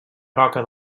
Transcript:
roca